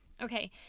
Okay